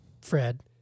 Fred